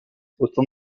autant